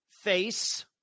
face